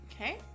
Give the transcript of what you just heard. Okay